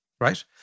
right